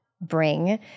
bring